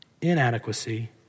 inadequacy